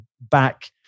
back